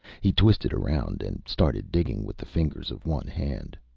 he twisted around and started digging with the fingers of one hand.